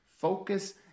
focus